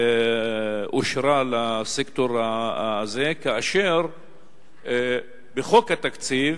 שאושרה לסקטור הזה, כאשר בחוק התקציב